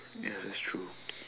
ya that's true